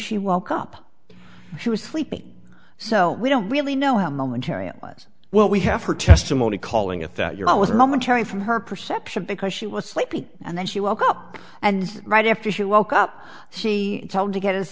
she woke up she was sleeping so we don't really know how momentary it was well we have her testimony calling it that you know with momentary from her perception because she was sleeping and then she woke up and right after she woke up she told to get us